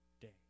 day